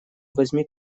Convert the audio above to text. возьми